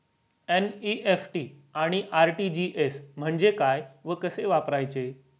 NEFT आणि RTGS म्हणजे काय व कसे वापरायचे?